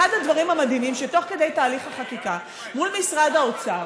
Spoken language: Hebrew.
אחד הדברים המדהימים הוא שתוך כדי תהליך החקיקה מול משרד האוצר